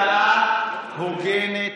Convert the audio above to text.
היא הצעה הוגנת.